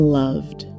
loved